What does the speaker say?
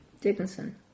Dickinson